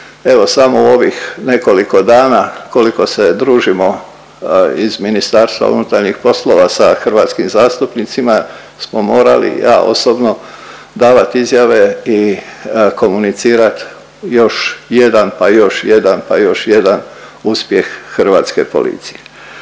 evo samo u ovih nekoliko dana koliko se družimo iz MUP-a sa hrvatskim zastupnicima smo morali, ja osobno davat izjave i komunicirat još jedan, pa još jedan, pa još jedan uspjeh hrvatske policije.